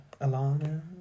Alana